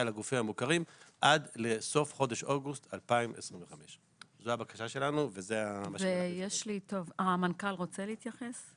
לגופים המוכרים עד לסוף חודש אוגוסט 2025. המנכ"ל רוצה להתייחס?